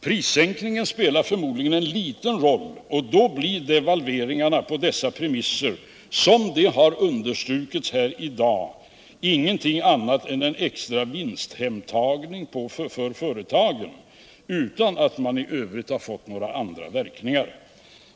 Prissänkningen spelade förmodligen en liten roll, och då blev devalveringarna på dessa premisser, vilket har understrukits här i dag, ingenting annat än en extra vinsthemtagning för företagen utan att man i övrigt fått några andra verkningar.